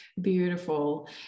beautiful